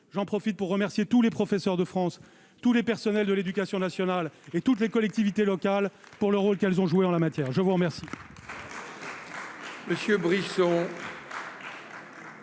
j'en profite pour remercier tous les professeurs de France tous les personnels de l'Éducation nationale et toutes les collectivités locales pour le rôle qu'elles ont joué en la matière, je vous remercie.